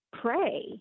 pray